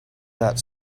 that